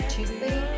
Tuesday